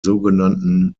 sogenannten